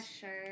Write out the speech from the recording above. Sure